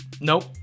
Nope